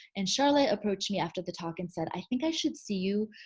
and sharla approached me after the talk and said, i think i should see you.